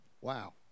Wow